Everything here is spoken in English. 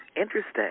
Interesting